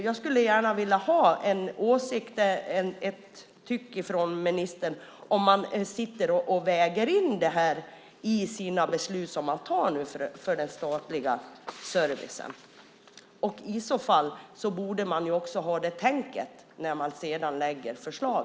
Jag skulle gärna vilja höra en åsikt, ett tyck från ministern om man sitter och väger in det här i de beslut som man tar för den statliga servicen. I så fall borde man också ha det tänket när man sedan lägger fram förslag.